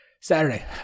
Saturday